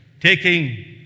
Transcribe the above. taking